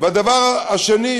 הדבר השני,